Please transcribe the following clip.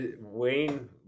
Wayne